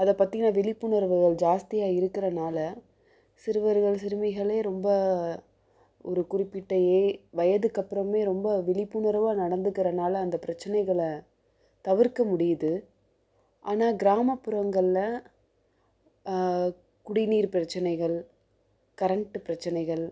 அதை பற்றின விழிப்புணர்வுகள் ஜாஸ்தியாக இருக்குறதுனால சிறுவர்கள் சிறுமிகளே ரொம்ப ஒரு குறிப்பிட்ட வயதுக்கப்புறமே ரொம்ப விழிப்புணர்வா நடந்துக்குறதுனால அந்த பிரச்சனைகளை தவிர்க்க முடியுது ஆனா கிராமப்புறங்களில் குடிநீர் பிரச்சனைகள் கரண்ட்டு பிரச்சனைகள்